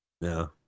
No